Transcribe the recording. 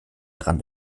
dran